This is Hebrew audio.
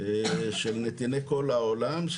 שהם נתיני כל העולם,